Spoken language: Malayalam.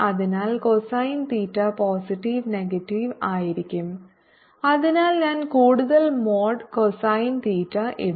അതിനാൽ കോസൈൻ തീറ്റ പോസിറ്റീവ് നെഗറ്റീവ് ആയിരിക്കും അതിനാൽ ഞാൻ കൂടുതൽ മോഡ് കോസൈൻ തീറ്റ ഇടും